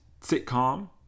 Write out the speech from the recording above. sitcom